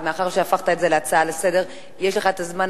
אבל מאחר שהפכת את זה להצעה לסדר-היום יש לך זמן,